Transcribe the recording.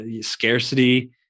scarcity